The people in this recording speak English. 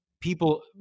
people